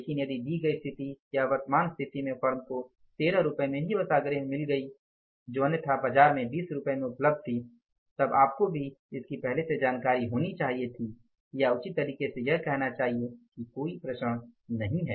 लेकिन यदि दी गई स्थिति या वर्तमान स्थिति में फर्म को 13 रुपये में भी वह सामग्री मिल गई जो अन्यथा बाजार में 20 रुपये में उपलब्ध थी तब आपको भी इसकी पहले से जानकारी होनी चाहिए या उचित तरीके से यह कहना चाहिए कि कोई भी विचरण नहीं है